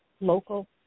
local